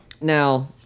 Now